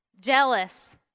jealous